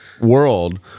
world